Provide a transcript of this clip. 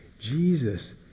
Jesus